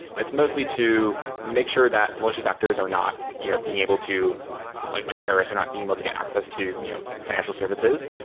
but it's mostly to make sure that malicious actors are not you know being able to like like terrorists are not being able to get access to fi nancial services.